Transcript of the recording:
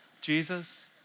Jesus